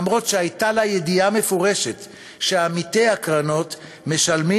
אף שהייתה לה ידיעה מפורשת שעמיתי הקרנות משלמים